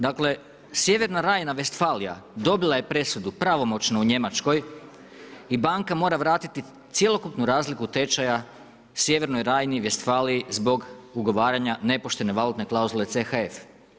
Dakle, Sjeverna Rajna-Vestfalija dobila je presudu pravomoćnu u Njemačkoj i banka mora vratiti cjelokupnu razliku tečaja Sjevernoj Rajni-Vestfaliji zbog ugovaranja nepoštene valutne klauzule CHF.